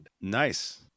Nice